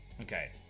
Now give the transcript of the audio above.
okay